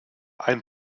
ein